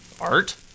Art